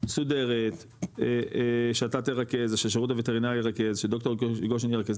מסודרת שאתה תרכז או שהשירות הווטרינרי ירכז שדוקטור גושן ירכז,